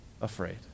afraid